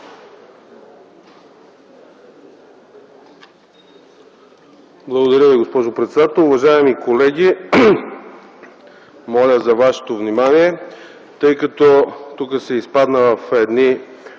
Благодаря Ви, госпожо председател. Уважаеми колеги, моля за вашето внимание, тъй като тук се изпадна в едни